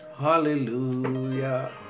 hallelujah